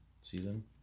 season